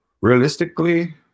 Realistically